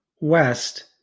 West